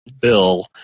bill